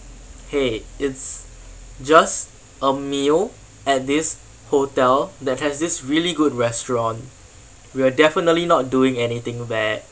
!hey! it's just a meal at this hotel that has this really good restaurant we are definitely not doing anything bad